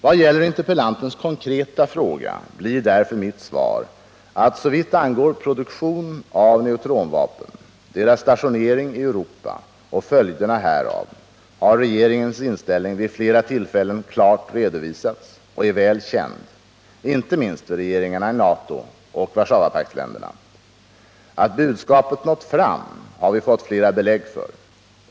Vad gäller interpellantens konkreta fråga blir därför mitt svar, att såvitt angår produktion av neutronvapen, deras stationering i Europa och följderna härav, har regeringens inställning vid flera tillfällen klart redovisats och är väl känd, inte minst för regeringarna i NATO och Warszawapaktsländerna. Att budskapet nått fram har vi fått flera belägg för.